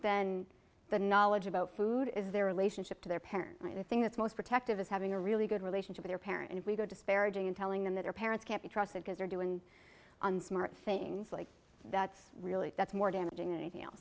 than the knowledge about food is their relationship to their parent and i think that's most protective is having a really good relationship their parent if we go disparaging in telling them that their parents can't be trusted because they're do and on smart things like that's really that's more damaging than anything else